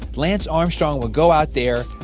lance armstrong would go out there,